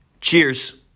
cheers